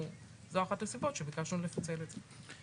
זו אחת הסיבות שביקשנו לפצל את זה.